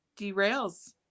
derails